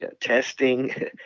testing